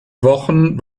wochen